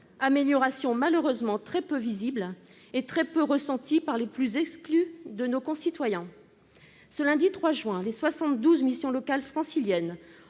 amélioration malheureusement très peu visible et très peu ressentie par les plus exclus de nos concitoyens. Ce lundi 3 juin, les 72 missions locales franciliennes